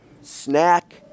snack